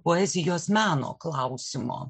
poezijos meno klausimo